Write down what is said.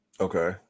Okay